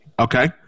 Okay